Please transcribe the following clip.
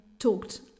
talked